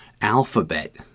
alphabet